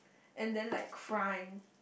and then like crime